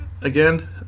again